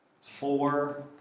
four